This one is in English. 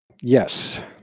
Yes